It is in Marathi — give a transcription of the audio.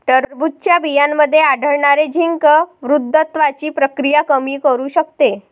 टरबूजच्या बियांमध्ये आढळणारे झिंक वृद्धत्वाची प्रक्रिया कमी करू शकते